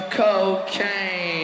cocaine